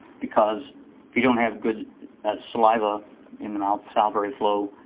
because if you don't have good saliva in the mouth, salivary flow,